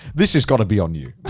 this has got to be on you.